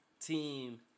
team